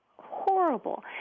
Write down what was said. horrible